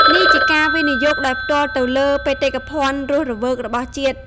នេះជាការវិនិយោគដោយផ្ទាល់ទៅលើ បេតិកភណ្ឌរស់រវើក របស់ជាតិ។